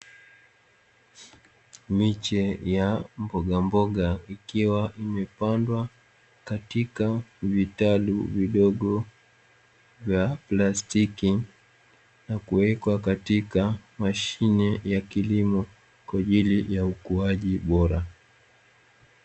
Miche ya mbogamboga ikiwa imepandwa katika vitalu vidogo vya plastiki na kuwekwa katika mashine ya kilimo kwa ajili ya ukuaji bora.